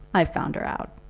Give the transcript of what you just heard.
i've found her out.